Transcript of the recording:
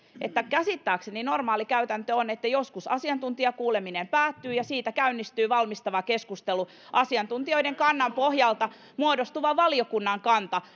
että käsittääkseni normaali käytäntö on että joskus asiantuntijakuuleminen päättyy ja siitä käynnistyy valmistava keskustelu ja asiantuntijoiden kannan pohjalta muodostuu valiokunnan kanta